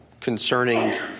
concerning